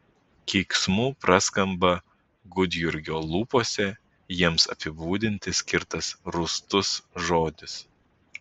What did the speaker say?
keiksmu praskamba gudjurgio lūpose jiems apibūdinti skirtas rūstus žodis